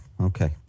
okay